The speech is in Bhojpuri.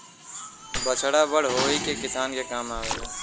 बछड़ा बड़ होई के किसान के काम आवेला